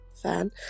fan